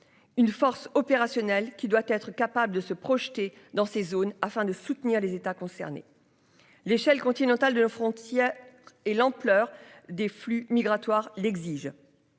Une force opérationnelle qui doit être capable de se projeter dans ces zones afin de soutenir les États concernés. L'échelle continentale de nos frontières. Et l'ampleur des flux migratoires l'exige.